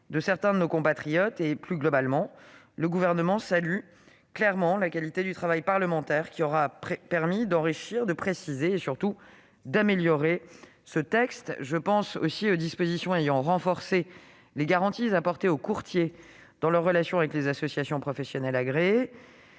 de certains de nos compatriotes. Plus globalement, le Gouvernement salue la qualité du travail parlementaire, qui aura permis d'enrichir, de préciser et surtout d'améliorer ce texte. Je pense également aux dispositions ayant renforcé les garanties apportées aux courtiers dans leurs relations avec les associations professionnelles agréées,